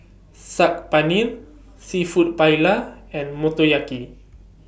Saag Paneer Seafood Paella and Motoyaki